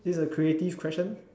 this is a creative question